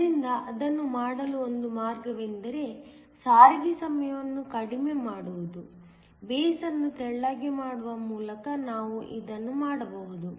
ಆದ್ದರಿಂದ ಅದನ್ನು ಮಾಡಲು ಒಂದು ಮಾರ್ಗವೆಂದರೆ ಸಾರಿಗೆ ಸಮಯವನ್ನು ಕಡಿಮೆ ಮಾಡುವುದು ಬೇಸ್ ಅನ್ನು ತೆಳ್ಳಗೆ ಮಾಡುವ ಮೂಲಕ ನೀವು ಇದನ್ನು ಮಾಡಬಹುದು